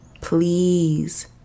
Please